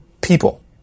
people